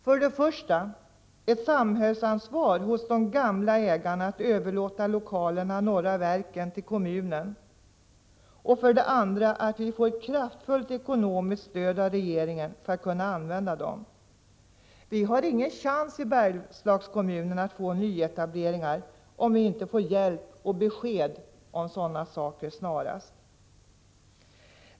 För det första: Ett samhällsansvar hos de gamla ägarna som tar sig uttryck i att de överlåter lokalerna Norra Verken till kommunen. För det andra: Ett kraftfullt ekonomiskt stöd av regeringen för att vi skall kunna använda lokalerna. Vi i Bergslagskommunerna har ingen chans att få till stånd nyetableringar om vi inte får hjälp, och besked om sådan hjälp, snarast.